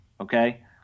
okay